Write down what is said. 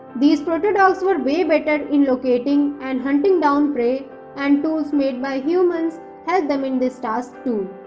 this proto-dogs were way better in locating and hunting down prey and tools made by human helped them in this task too.